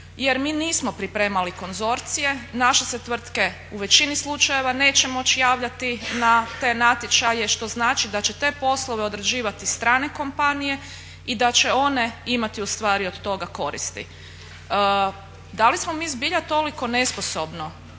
jer mi nismo pripremali konzorcije. Naše se tvrtke u većini slučajeva neće moći javljati na te natječaje što znači da će te poslove odrađivati strane kompanije i da će one imati ustvari od toga koristi. Da li smo mi zbilja toliko nesposobno